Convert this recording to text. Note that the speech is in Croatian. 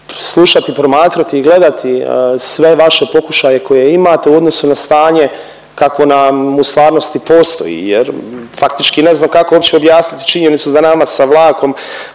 slušati, promatrati i gledati sve vaše pokušaje koje imate u odnosu na stanje kakvo nam u stvarnosti postoji jer faktički ne znam kako uopće objasnit činjenicu da nama sa vlakom